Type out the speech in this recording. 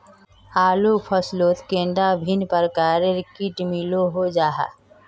आलूर फसलोत कैडा भिन्न प्रकारेर किट मिलोहो जाहा?